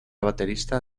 baterista